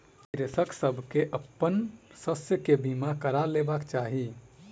कृषक सभ के अपन शस्य के बीमा करा लेबाक चाही